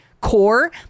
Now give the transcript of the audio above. core